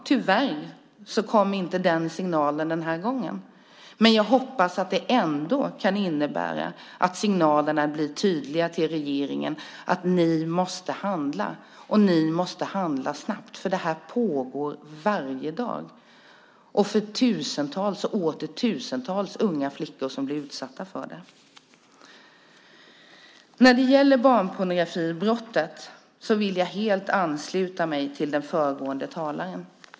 Tyvärr kom inte den signalen den här gången, men jag hoppas att signalerna till regeringen ändå blir tydliga: Ni måste handla, och ni måste handla snabbt! Detta pågår varje dag för de tusentals och åter tusentals unga flickor som blir utsatta för det. När det gäller barnpornografibrott vill jag helt ansluta mig till föregående talare.